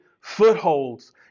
footholds